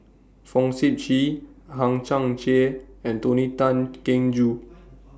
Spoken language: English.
Fong Sip Chee Hang Chang Chieh and Tony Tan Keng Joo